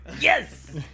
Yes